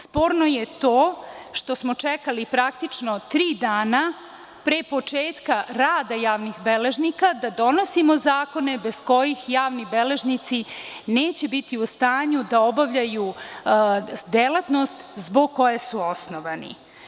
Sporno je to što smo čekali praktično tri dana pre početka javnih beležnika da donosimo zakone bez kojih javni beležnici neće biti u stanju da obavljaju delatnost zbog koje su osnovani.